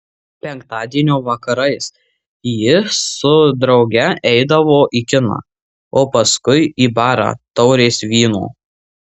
penktadienio vakarais ji su drauge eidavo į kiną o paskui į barą taurės vyno